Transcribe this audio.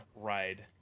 ride